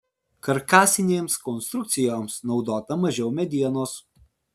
karkasinėms konstrukcijoms naudota mažiau medienos